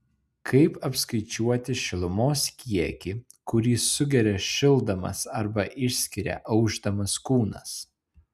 kaip apskaičiuoti šilumos kiekį kurį sugeria šildamas arba išskiria aušdamas kūnas